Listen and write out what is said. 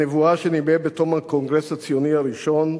הנבואה שניבא בתום הקונגרס הציוני הראשון,